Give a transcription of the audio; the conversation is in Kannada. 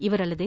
ಇವರಲ್ಲದೆ